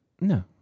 No